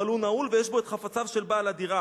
אבל הוא נעול, ויש בו את חפציו של בעל הדירה.